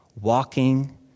walking